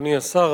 אדוני השר,